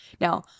Now